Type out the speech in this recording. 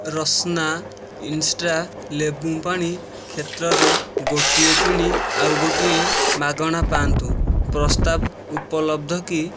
Rasna insta ଲେମ୍ବୁପାଣି କ୍ଷେତ୍ରରେ ଗୋଟିଏ କିଣି ଆଉ ଗୋଟିଏ ମାଗଣା ପାଆନ୍ତୁ ପ୍ରସ୍ତାବ ଉପଲବ୍ଧ କି